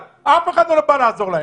ואף אחד לא בא לעזור להם.